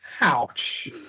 Ouch